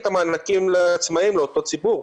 את המענקים לעצמאיים לאותו ציבור?